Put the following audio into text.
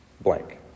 blank